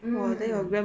mm